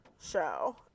show